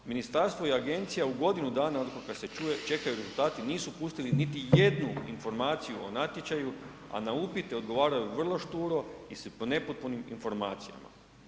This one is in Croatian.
Ministarstvo i agencija u godinu dana odnosno kad se čekaju rezultati nisu pustili niti jednu informaciju o natječaju a na upite odgovaraju vrlo šturo i po nepotpunim informacijama.